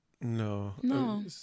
no